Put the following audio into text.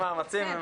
מאמצים.